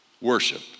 worship